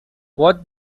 what